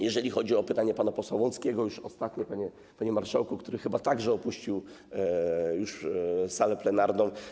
Jeżeli chodzi o pytanie pana posła Łąckiego - już ostatnie, panie marszałku - który chyba także opuścił już salę plenarną.